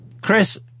Chris